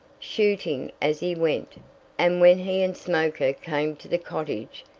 shooting as he went and when he and smoker came to the cottage,